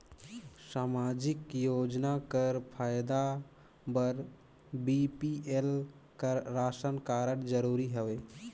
समाजिक योजना कर फायदा बर बी.पी.एल कर राशन कारड जरूरी हवे?